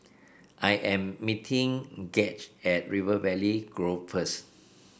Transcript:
I am meeting Gage at River Valley Grove first